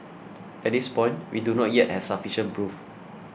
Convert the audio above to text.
at this point we do not yet have sufficient proof